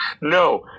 no